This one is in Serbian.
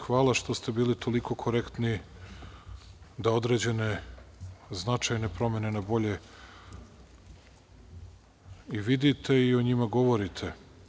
Hvala što ste bili toliko korektni da određene značajne promene na bolje vidite i o njima govorite.